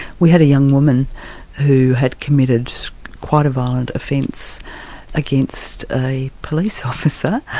we had a young woman who had committed quite a violent offence against a police officer,